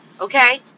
Okay